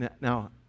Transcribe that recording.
Now